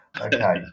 Okay